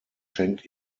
schenkt